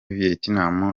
vietnam